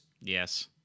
Yes